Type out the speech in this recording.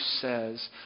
says